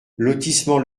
lotissement